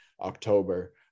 October